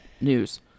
News